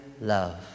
love